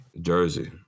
Jersey